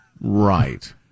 Right